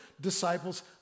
Disciples